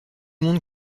monde